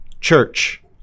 church